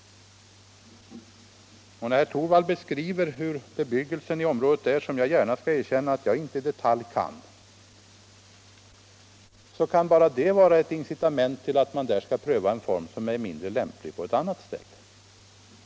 Herr Torwald beskrev bebyggelsen i området, och jag skall gärna erkänna att jag inte känner till den i detalj. Den beskrivningen kan emellertid vara ett incitament till en prövning av en kommunikationsform där som är mindre lämplig på ett annat ställe.